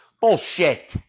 Bullshit